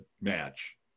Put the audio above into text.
match